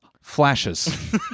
Flashes